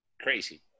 Crazy